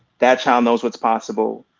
that child knows what's possible,